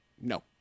no